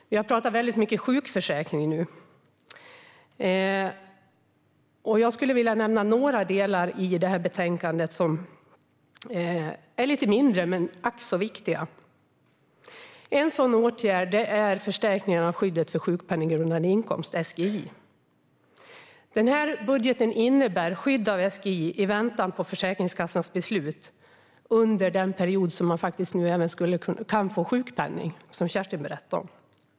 Vi har nu talat väldigt mycket om sjukförsäkring. Jag skulle vilja nämna några delar i betänkandet som är lite mindre men ack så viktiga. En åtgärd är förstärkningarna av skyddet av sjukpenninggrundande inkomst, SGI. Denna budget innebär skydd av SGI i väntan på Försäkringskassans beslut under den period som man faktiskt nu även kan få sjukpenning, som Kerstin berättade om.